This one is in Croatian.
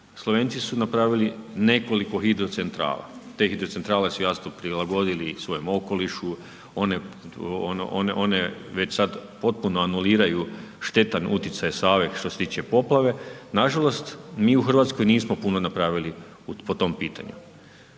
Slovenci su napravili nekoliko hidrocentrala. Te hidrocentrale su, jasno, prilagodili svojem okolišu, one već sad potpuno anuliraju štetan utjecaj Save što se tiče poplave. Nažalost, mi u Hrvatskoj nismo puno napravili po tom pitanju.